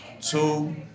two